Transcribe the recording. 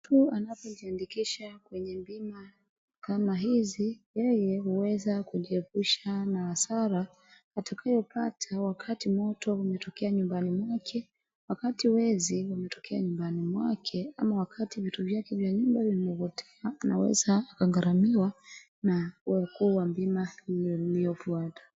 Mtu anapojiandikisha kwenye bima kama hizi yeye huweza kujiepusha na hasara. Matukio kata wakati moto imetokea nyumbani mwake, wakati wezi wametokea nyumbani mwake au wakati vitu vya nyumba vimepotea anaweza kugharamiwa na wakuu wa bima lilofwata.